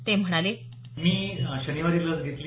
ते म्हणाले मी शनिवारी लस घेतली